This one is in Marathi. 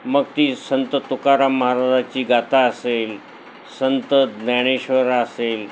मग ती संत तुकाराम महाराजाची गाथा असेल संत ज्ञानेश्वर असेल